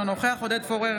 אינו נוכח עודד פורר,